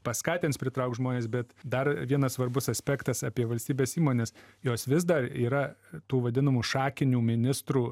paskatins pritraukt žmones bet dar vienas svarbus aspektas apie valstybės įmones jos vis dar yra tų vadinamų šakinių ministrų